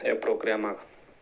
ह्या प्रोग्रेमाक